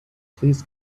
please